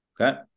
Okay